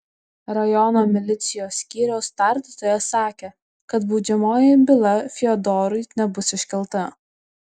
rajono milicijos skyriaus tardytojas sakė kad baudžiamoji byla fiodorui nebus iškelta